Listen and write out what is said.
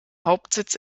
hauptsitz